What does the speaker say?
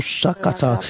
Shakata